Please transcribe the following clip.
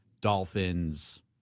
dolphins